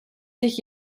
sich